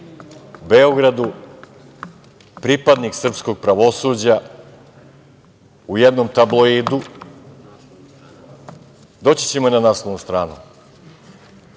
Beogradu, pripadnik srpskog pravosuđa u jednom tabloidu. Doći ćemo i na naslovnu stranu. Samo